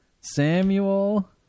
Samuel